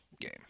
game